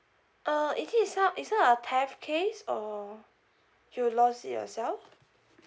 uh it is not it's not a theft case or you lost it yourself